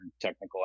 technical